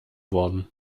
worden